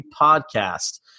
Podcast